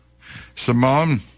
Simone